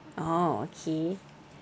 oh okay